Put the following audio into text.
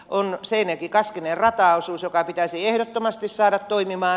on seinäjokikaskinen rataosuus joka pitäisi ehdottomasti saada toimimaan